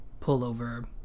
pullover